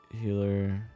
healer